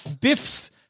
Biff's